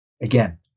Again